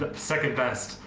ah second best.